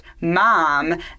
mom